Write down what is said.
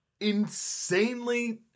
insanely